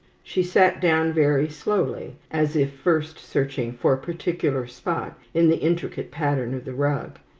she sat down very slowly, as if first searching for a particular spot in the intricate pattern of the rug,